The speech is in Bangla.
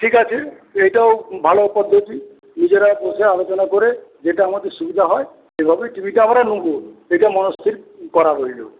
ঠিক আছে এইটাও ভালো পদ্ধতি নিজেরা বসে আলোচনা করে যেটা আমাদের সুবিধা হয় এভাবেই টিভিটা আমরা নেব এটা মনস্থির করা রইল